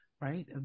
right